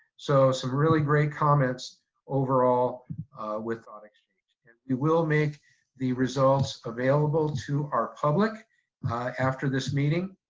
so, some really great comments overall with thought exchange. and we will make the results available to our public after this meeting